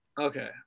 Okay